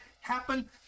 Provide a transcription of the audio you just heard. happen